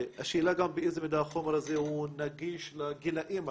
השאלה גם באיזו מידה החומר הזה נגיש לגילאים הללו.